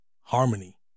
harmony